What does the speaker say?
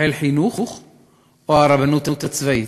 חיל חינוך או הרבנות הצבאית?